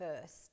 first